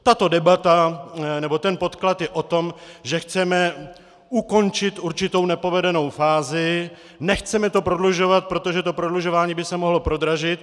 Tato debata nebo ten podklad je o tom, že chceme ukončit určitou nepovedenou fázi, nechceme to prodlužovat, protože to prodlužování by se mohlo prodražit.